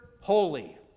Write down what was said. holy